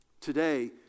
Today